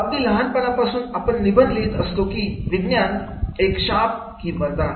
अगदी लहानपणापासून आपण निबंध लिहीत असतो की विज्ञान एक शाप की वरदान